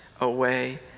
away